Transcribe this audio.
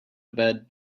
bed